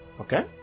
Okay